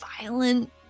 violent